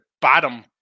bottom